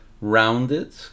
rounded